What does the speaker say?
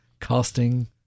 casting